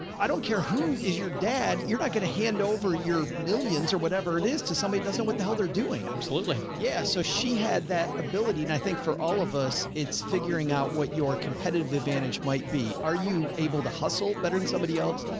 i don't care who is your dad, you're not going to hand over your millions or whatever it is to somebody who doesn't know what the hell they're doing. absolutely. yeah. so she had that ability, and i think for all of us, it's figuring out what your competitive advantage might be. are you able to hustle better than somebody else?